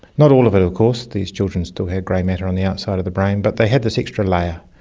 not all of it of course, these children still had grey matter on the outside of the brain but they had this extra layer.